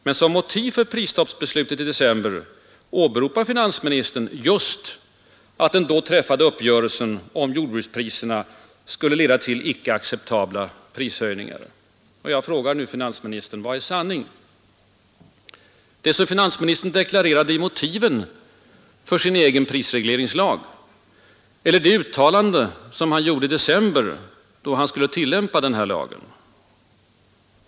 Men som motiv för prisstoppsbeslutet i december förra året åberopar finansministern just att den då träffade uppgörelsen om jordbrukspriserna skulle leda till icke acceptabla prishöjningar. Jag frågar nu finansministern: Vad är sanning? Det som finansministern deklarerade i motiven för sin egen prisregleringslag? Eller det uttalande som han gjorde i december då han skulle tillämpa den här lagen?